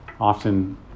often